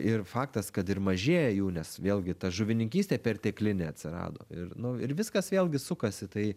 ir faktas kad ir mažėja jų nes vėlgi ta žuvininkystė perteklinė atsirado ir nu ir viskas vėlgi sukasi tai